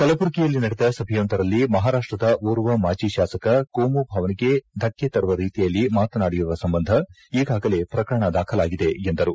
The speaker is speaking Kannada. ಕಲಬುರ್ಗಿಯಲ್ಲಿ ನಡೆದ ಸಭೆಯೊಂದರಲ್ಲಿ ಮಹಾರಾಷ್ಟದ ಓರ್ವ ಮಾಜಿ ಶಾಸಕ ಕೋಮು ಭಾವನೆಗೆ ಧಕ್ಕೆ ತರುವ ರೀತಿಯಲ್ಲಿ ಮಾತನಾಡಿರುವ ಸಂಬಂಧ ಈಗಾಗಲೇ ಪ್ರಕರಣ ದಾಖಲಾಗಿದೆ ಎಂದರು